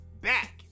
back